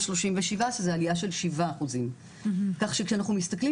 137 שזו עלייה של 7%. כך שכשאנחנו מסתכלים